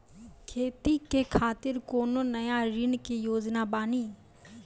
खेती के खातिर कोनो नया ऋण के योजना बानी?